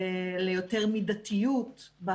זו לא תשובה ללובש מדים אני חושב.